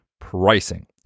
pricing